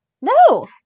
No